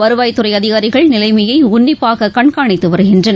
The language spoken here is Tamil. வருவாய்த்துறைஅதிகாரிகள் நிலைமையைஉன்னிப்பாககண்காணித்துவருகின்றனர்